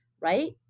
right